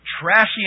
trashy